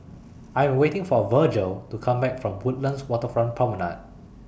I Am waiting For Virgel to Come Back from Woodlands Waterfront Promenade